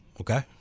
Okay